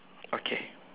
okay